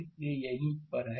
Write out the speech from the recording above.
इसलिए यह यही पर है